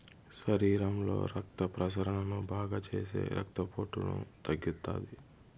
శరీరంలో రక్త ప్రసరణను బాగాచేసి రక్తపోటును తగ్గిత్తాది